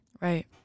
Right